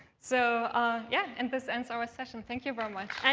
so yeah. and this ends our session. thank you very much.